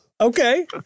Okay